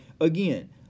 again